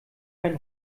ein